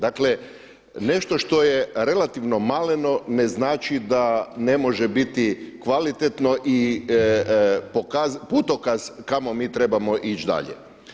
Dakle, nešto što je relativno maleno ne znači da ne može biti kvalitetno i putokaz kamo mi trebamo ići dalje.